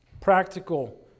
practical